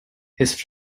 his